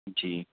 جی